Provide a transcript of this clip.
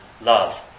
love